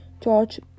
George